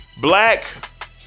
black